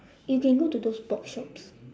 you can go to those box shops